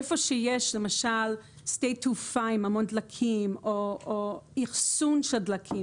איפה שיש למשל שדה תעופה עם המון דלקים או אחסון של דלקים